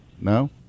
no